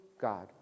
God